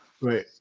right